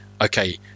okay